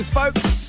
folks